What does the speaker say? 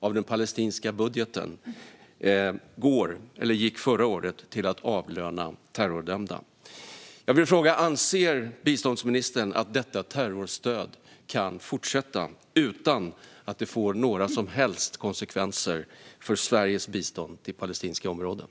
Av den palestinska budgeten gick förra året 7 procent till att avlöna terrordömda. Jag vill fråga om biståndsministern anser att detta terrorstöd kan fortsätta utan att det får några som helst konsekvenser för Sveriges bistånd till palestinska områden.